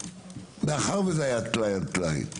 מאחר וזה היה טלאי על טלאי,